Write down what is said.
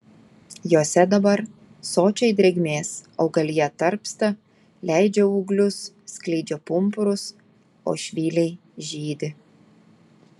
jose dabar sočiai drėgmės augalija tarpsta leidžia ūglius skleidžia pumpurus o švyliai žydi